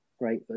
right